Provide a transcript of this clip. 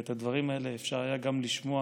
את הדברים האלה אפשר היה גם לשמוע